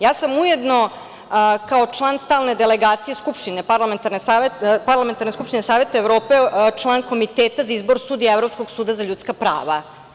Ja sam ujedno, kao član stalne delegacije parlamentarne Skupštine Saveta Evrope, član Komiteta za izbor sudija Evropskog suda za ljudska prava.